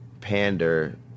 pander